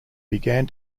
began